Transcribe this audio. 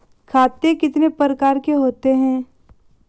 खाते कितने प्रकार के होते हैं?